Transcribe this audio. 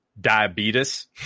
diabetes